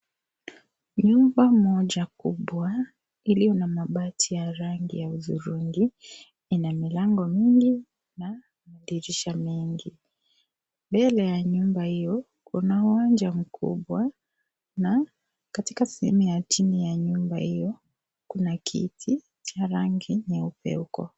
Nyumba moja kubwa iliyo na mabati ya rangi ya udhurungi, ina milango mingi na madirisha mengi. Mbele ya nyumba hiyo, kuna uwanja mkubwa na katika sehemu ya chini ya nyumba hiyo, kuna kiti cha rangi nyeupe huko.